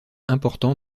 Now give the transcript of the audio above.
important